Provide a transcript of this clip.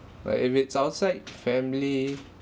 but if it's outside family